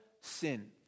sin